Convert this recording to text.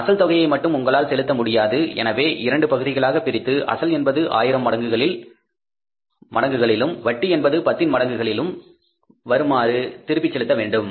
அசல் தொகையை மட்டும் உங்களால் செலுத்த முடியாது எனவே இரண்டு பகுதிகளாக பிரித்து அசல் என்பது ஆயிரம் மடங்களிலும் வட்டி என்பது 10 இன் மடங்குகளில் வருமாறும் திருப்பிச் செலுத்த வேண்டும்